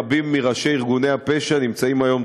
רבים מראשי ארגוני הפשע נמצאים היום,